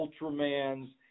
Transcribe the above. Ultramans